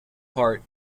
part